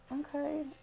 Okay